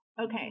Okay